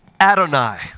Adonai